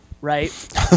right